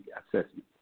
assessment